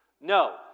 No